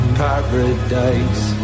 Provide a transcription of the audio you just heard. paradise